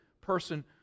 person